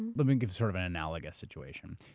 let me give sort of an analogous situation.